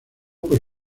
por